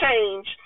change